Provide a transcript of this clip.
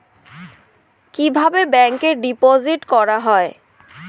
কিভাবে ব্যাংকে ডিপোজিট করা হয়?